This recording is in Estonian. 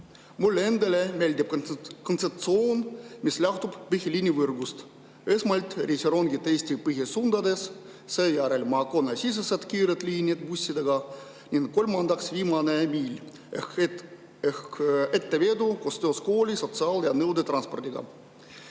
"Mulle endale meeldib kontseptsioon, mis lähtub põhiliinivõrgust. Esmalt reisirongid Eesti põhisuundades, seejärel maakonnasisesed kiired liinid bussidega ning kolmandaks viimane miil ehk ettevedu koostöös kooli‑, sotsiaal‑ ja nõudetranspordiga.